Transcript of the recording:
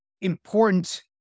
important